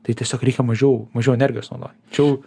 tai tiesiog reikia mažiau mažiau energijos sunaudot čia jau